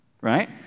Right